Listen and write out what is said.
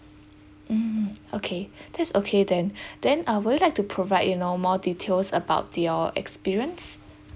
mm okay that's okay then then uh would you like to provide you know more details about your experience